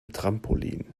trampolin